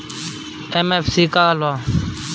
MFC का हो़ला?